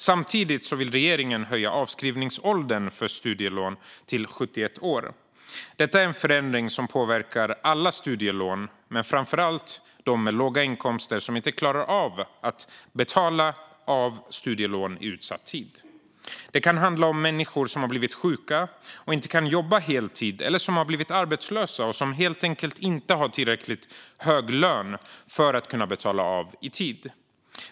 Samtidigt vill regeringen höja avskrivningsåldern för studielån till 71 år. Detta är en förändring som påverkar studielånen för alla, men framför allt för dem som har låga inkomster och inte klarar av att betala av studielån på utsatt tid. Det kan handla om människor som har blivit sjuka och inte kan jobba heltid, som har blivit arbetslösa eller som helt enkelt inte har tillräckligt hög lön för att kunna betala av i tid.